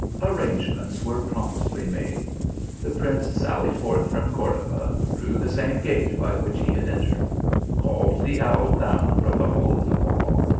arrangements were promptly made the prince sallied forth from cordova through the same gate by which he had entered called the owl down from the hole in the wall,